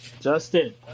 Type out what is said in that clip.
Justin